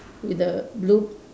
with the blue